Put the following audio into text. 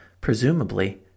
presumably